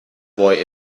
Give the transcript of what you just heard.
boy